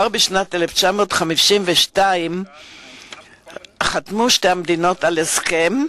כבר בשנת 1952 חתמו שתי המדינות על הסכם,